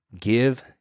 Give